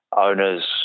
owners